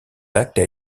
actes